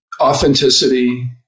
authenticity